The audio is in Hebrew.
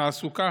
תעסוקה,